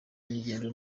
ingendo